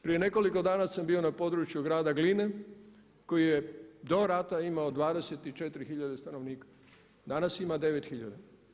Prije nekoliko dana sam bio na području grada Gline koji je do rata imao 24 tisuće stanovnika, danas ima 9 tisuća.